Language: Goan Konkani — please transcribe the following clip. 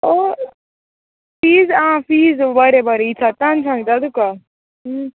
ओ फीस हां फीज बोरे बोरे विचारता आनी सांगता तुका